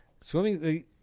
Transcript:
Swimming